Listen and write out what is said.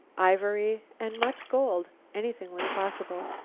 ivory and much gold. anything was possible.